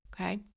okay